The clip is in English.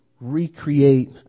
recreate